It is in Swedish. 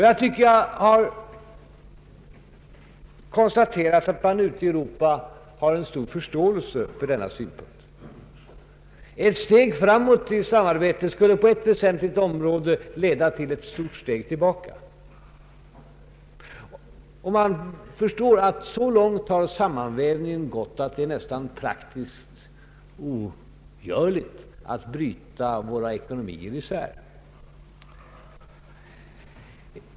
Jag tycker mig ha konstaterat att man ute i Europa har stor förståelse för denna synpunkt, Ett steg framåt i samarbete skulle på ett väsentligt område leda till ett stort steg tillbaka. Man förstår att sammanvävningen har gått så långt att det är nästan praktiskt ogörligt att bryta våra ekonomier isär.